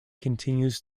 continues